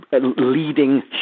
leading